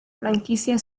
franquicia